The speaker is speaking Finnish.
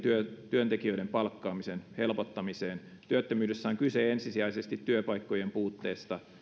työntekijöiden palkkaamisen helpottamiseen työttömyydessä on kyse ensisijaisesti työpaikkojen puutteesta